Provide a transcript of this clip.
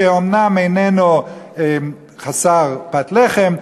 שאומנם איננו חסר פת לחם,